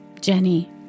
Jenny